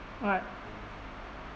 what